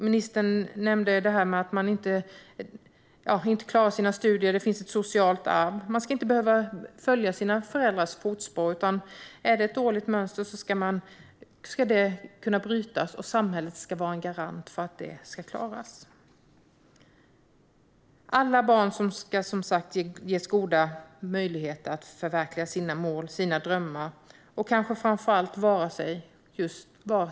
Ministern nämnde att det finns ett socialt arv när det gäller att inte klara studierna. Man ska inte behöva följa i sina föräldrars fotspår, utan ett dåligt mönster ska kunna brytas - och samhället ska vara en garant för att det ska gå att göra. Alla barn ska som sagt ges goda möjligheter att förverkliga sina mål och drömmar och kanske framför allt vara sig själva.